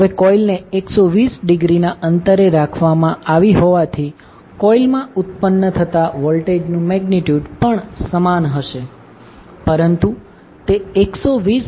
હવે કોઇલને 120 ડિગ્રી ના અંતરે રાખવામાં આવી હોવાથી કોઇલમાં ઉત્પન્ન થતા વોલ્ટેજનું મેગ્નિટ્યુડ પણ સમાન હશે પરંતુ તે 120 ડિગ્રી આઉટ ઓફ ફેઝ હશે